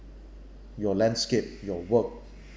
your landscape your work